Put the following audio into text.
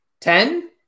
Ten